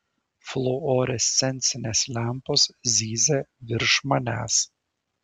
fluorescencinės lempos zyzia virš manęs